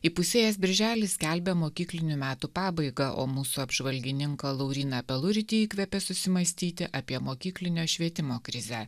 įpusėjęs birželis skelbia mokyklinių metų pabaigą o mūsų apžvalgininką lauryną peluritį įkvepė susimąstyti apie mokyklinio švietimo krizę